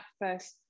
first